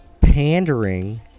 Pandering